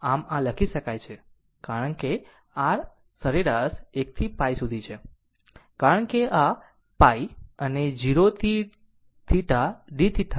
આમ આ લખી શકાય છે કારણ કે r સરેરાશ 1 થી π સુધી છે કારણ કે આ π અને 0 થી θdθથી ભાગો